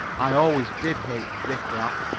i always did hate riff-raff,